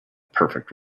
perfect